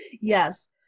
Yes